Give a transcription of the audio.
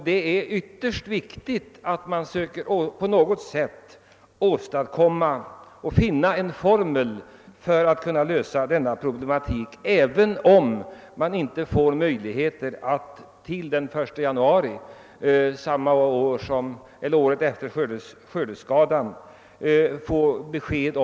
Det är ytterst viktigt att man söker på något sätt finna en formel för att lösa dessa problem, även om man inte kan få besked till den 1 januari året efter skördeskadan.